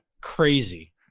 crazy